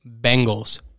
Bengals